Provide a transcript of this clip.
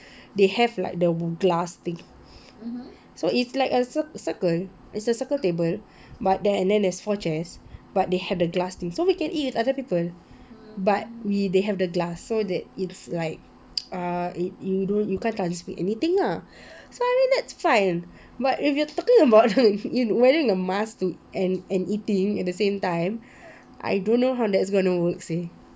they have like the glass thing so it's like a circle it's a circle table but there and then there's four chairs but they have the glass thing so we can eat with other people but we they have the glass so we that it's like err you you don't you can't transmit anything lah so I think that's fine but if you're talking about wearing a mask to and and eating the same time I don't know how that's going to work seh